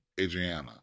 Adriana